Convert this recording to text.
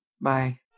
Bye